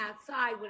outside